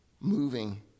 moving